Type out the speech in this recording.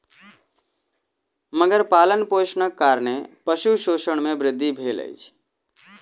मगर पालनपोषणक कारणेँ पशु शोषण मे वृद्धि भेल अछि